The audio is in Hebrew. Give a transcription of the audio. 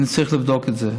אני צריך לבדוק את זה,